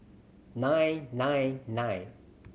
nine nine nine